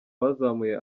bazamuye